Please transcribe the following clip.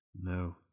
No